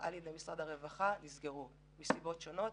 על ידי משרד הרווחה נסגרו במשך שנתיים מסיבות שונות,